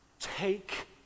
take